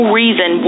reason